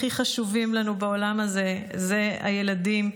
הכי חשובים לנו בעולם הזה אלה הילדים,